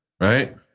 Right